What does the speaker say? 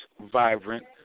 vibrant